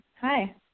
Hi